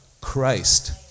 Christ